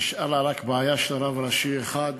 נשארה לה רק בעיה של רב ראשי אחד?